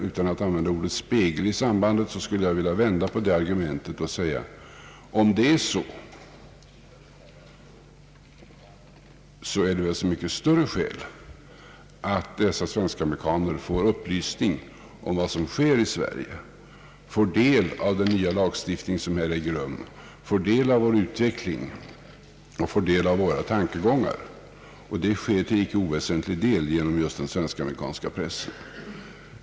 Utan att använda ordet spegel i sammanhanget skulle jag vilja vända på det argumentet och säga: Om det är på detta sätt finns det så mycket större skäl till att dessa svensk-amerikaner får upplysning om vad som sker i Sverige och får ta del av vår nya lagstiftning, vår utveckling och våra tankegångar. Detta sker till icke oväsentlig del genom just den svensk-amerikanska pressen.